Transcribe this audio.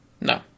No